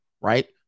Right